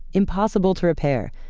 impossible to repair,